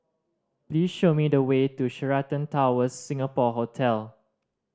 please show me the way to Sheraton Towers Singapore Hotel